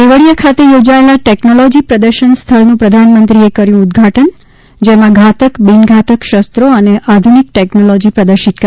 કેવડિયા ખાતે યોજાયેલા ટેકનોલોજી પ્રદર્શન સ્થળનું પ્રધાનમંત્રીએ ઉદગાટન કર્યુ જેમાં ઘાતક બિન ધાતક શસ્ત્રો અને આધુનિક ટેકનોલોજી પ્રદર્શિત કરવામાં આવી